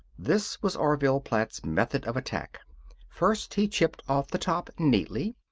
this was orville platt's method of attack first, he chipped off the top, neatly.